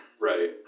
right